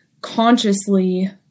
consciously